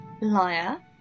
liar